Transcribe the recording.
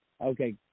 Okay